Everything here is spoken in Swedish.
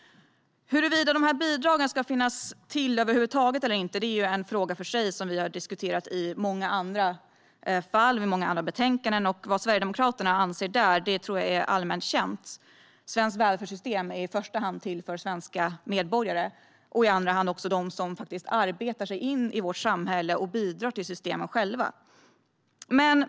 Huruvida dessa bidrag ska finnas till över huvud taget eller inte är en fråga för sig, som vi har diskuterat i många andra fall och betänkanden. Vad Sverigedemokraterna anser där tror jag är allmänt känt: Svenska välfärdssystem är i första hand till för svenska medborgare och i andra hand för dem som arbetar sig in i vårt samhälle och själva bidrar till systemen.